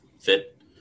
fit